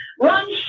run